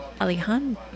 Alihan